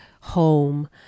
home